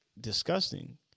disgusting